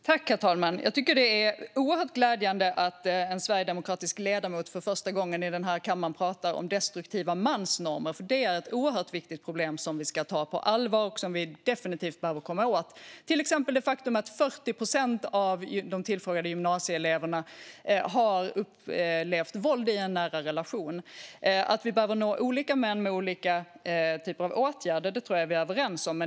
Herr talman! Det är oerhört glädjande att en sverigedemokratisk ledamot för första gången i denna kammare talar om destruktiva mansnormer. Det är ett oerhört viktigt problem som vi ska ta på allvar och som vi definitivt behöver komma åt. Exempelvis har 40 procent av tillfrågade gymnasieelever upplevt våld i en nära relation. Att vi behöver nå olika män med olika slags åtgärder är vi nog överens om.